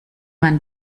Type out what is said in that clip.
man